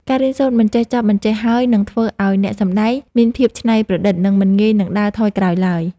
ការរៀនសូត្រមិនចេះចប់មិនចេះហើយនឹងធ្វើឱ្យអ្នកសម្តែងមានភាពច្នៃប្រឌិត និង មិនងាយនឹងដើរថយក្រោយឡើយ។